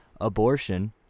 abortion